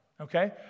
okay